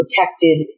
protected